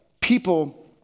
people